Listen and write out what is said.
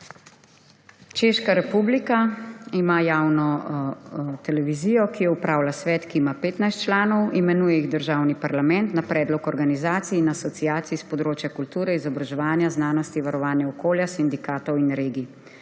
Češka republika ima javno televizijo, ki jo opravlja svet, ki ima 15 člen, imenuje jih državni parlament na predlog organizacij in asociacij s področja kulture, izobraževanja, znanosti, varovanja okolja, sindikatov in regij.